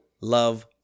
love